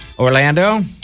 Orlando